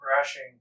crashing